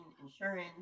insurance